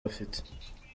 bafite